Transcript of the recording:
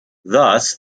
thus